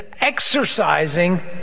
exercising